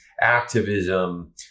activism